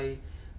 hardship